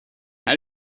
how